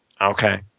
Okay